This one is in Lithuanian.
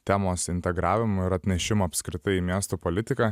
temos integravimu ir atnešimo apskritai į miesto politiką